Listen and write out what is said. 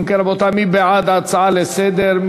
אם כן, רבותי, מי בעד ההצעה לסדר-היום?